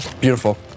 Beautiful